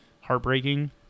heartbreaking